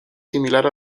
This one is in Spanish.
similar